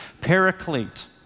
paraclete